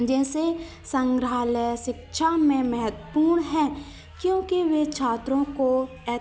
जैसे संग्रहालय शिक्षा में महत्वपूर्ण है क्योंकि वे छात्रों को यह